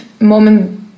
moment